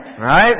right